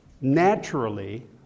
naturally